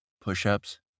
push-ups